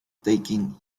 taken